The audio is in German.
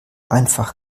einfach